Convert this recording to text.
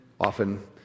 often